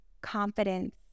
confidence